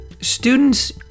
students